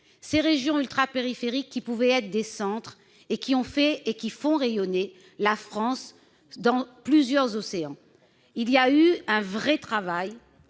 ces régions ultrapériphériques comme pouvant être des centres, qui ont fait et font rayonner la France dans plusieurs océans. Un vrai travail